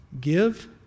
Give